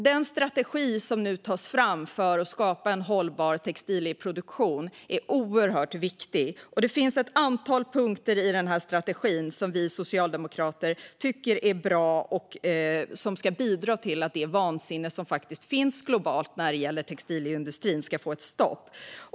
Den strategi som nu tas fram för att skapa en hållbar textilproduktion är oerhört viktig. Det finns ett antal punkter i strategin som vi socialdemokrater tycker är bra och kan bidra till att det vansinne som finns i textilindustrin globalt ska få ett stopp.